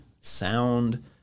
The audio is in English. sound